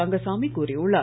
ரங்கசாமி கூறியுள்ளார்